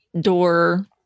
door